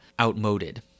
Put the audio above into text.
outmoded